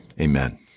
Amen